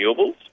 renewables